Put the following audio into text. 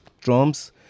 drums